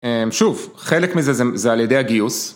שוב, חלק מזה זה על ידי הגיוס.